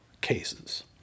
cases